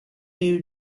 you